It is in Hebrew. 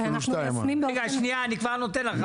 אני כבר נותן לך,